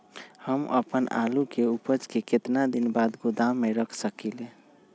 हम अपन आलू के ऊपज के केतना दिन बाद गोदाम में रख सकींले?